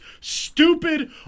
stupid